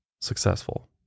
successful